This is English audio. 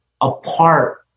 apart